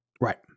Right